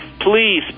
please